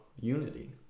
unity